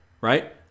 right